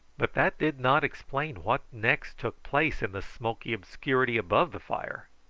but that did not explain what next took place in the smoky obscurity above the fire,